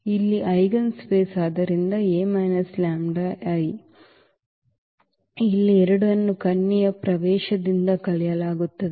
ಇಲ್ಲಿ eigen space ಆದ್ದರಿಂದ A λI ಆದ್ದರಿಂದ ಇಲ್ಲಿ 2 ಅನ್ನು ಕರ್ಣೀಯ ಪ್ರವೇಶದಿಂದ ಕಳೆಯಲಾಗುತ್ತದೆ